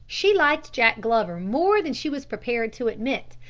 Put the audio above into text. she liked jack glover more than she was prepared to admit,